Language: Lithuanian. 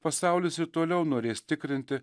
pasaulis ir toliau norės tikrinti